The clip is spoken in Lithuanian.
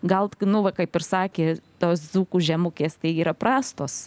gal nu va kaip ir sakė tos dzūkų žemukės tai yra prastos